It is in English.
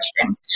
question